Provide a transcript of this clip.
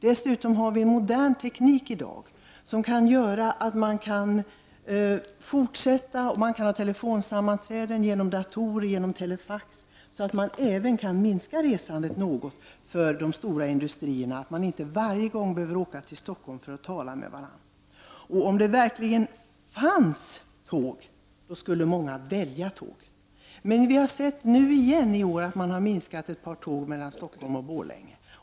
Dessutom har vi i dag modern teknik som gör det möjligt att ha telefonsammanträden med hjälp av datorer och telefax. Man kan alltså även minska resandet något för de stora industrierna genom att de inte varje gång behöver åka till Stockholm för att kunna hålla sammanträden. Om det verkligen fanns tåg skulle många välja tåget. Men vi har sett att man i år på nytt har dragit in ett par tåg mellan Stockholm och Borlänge.